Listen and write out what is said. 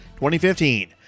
2015